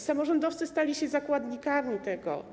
Samorządowcy stali się zakładnikami tego.